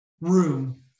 room